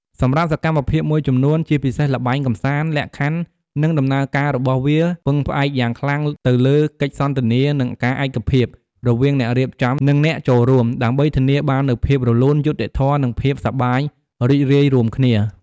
សម្រាប់សកម្មភាពមួយចំនួន ជាពិសេសល្បែងកម្សាន្ត លក្ខខណ្ឌ និងដំណើរការរបស់វាពឹងផ្អែកយ៉ាងខ្លាំងទៅលើ កិច្ចសន្ទនា និងការឯកភាព រវាងអ្នករៀបចំ និងអ្នកចូលរួម ដើម្បីធានាបាននូវភាពរលូន យុត្តិធម៌ និងភាពសប្បាយរីករាយរួមគ្នា។